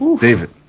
David